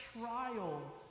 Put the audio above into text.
trials